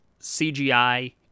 CGI